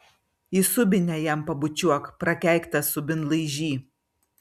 į subinę jam pabučiuok prakeiktas subinlaižy